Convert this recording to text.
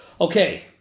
Okay